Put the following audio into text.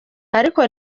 ariko